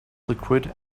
liquid